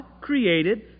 created